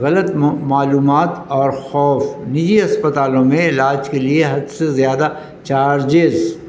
غلط معلومات اور خوف نجی اسپتالوں میں علاج کے لیے حد سے زیادہ چارجز